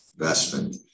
investment